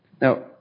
Now